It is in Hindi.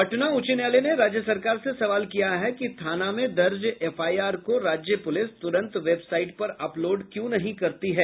पटना उच्च न्यायालय ने राज्य सरकार से सवाल किया है कि थाना में दर्ज एफआईआर को राज्य पुलिस तुरंत वेबसाइट पर अपलोड क्यों नहीं करती है